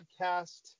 Podcast